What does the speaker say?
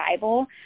Bible